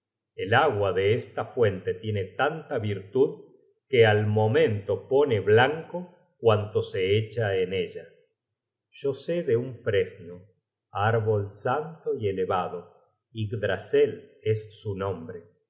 el agua de esta fuente tiene tanta virtud que al momento pone blanco cuanto se echa en ella yo sé de un fresno árbol santo y elevado yggdrasel es su nombre